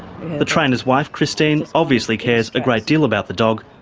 the trainer's wife, christine, obviously cares a great deal about the dog,